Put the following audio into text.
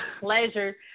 pleasure